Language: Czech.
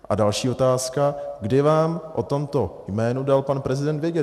A další otázka kdy vám o tomto jménu dal pan prezident vědět?